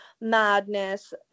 madness